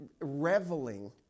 reveling